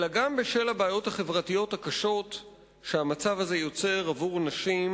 אלא גם בשל הבעיות החברתיות הקשות שהמצב הזה יוצר עבור נשים,